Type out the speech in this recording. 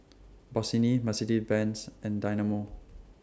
Bossini Mercedes Benz and Dynamo